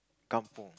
kampung